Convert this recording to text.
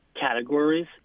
Categories